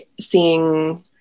seeing